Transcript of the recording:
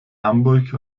hamburg